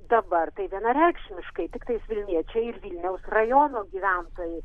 dabar tai vienareikšmiškai tiktais vilniečiai ir vilniaus rajono gyventojai